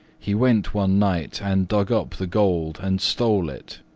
he went one night and dug up the gold and stole it.